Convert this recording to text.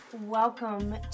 Welcome